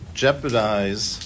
jeopardize